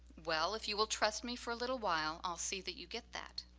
well, if you will trust me for a little while i'll see that you get that.